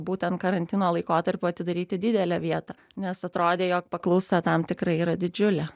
būtent karantino laikotarpiu atidaryti didelę vietą nes atrodė jog paklausa tam tikrai yra didžiulė